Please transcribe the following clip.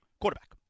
quarterback